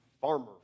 farmer